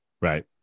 Right